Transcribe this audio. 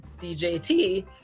DJT